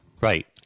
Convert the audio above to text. Right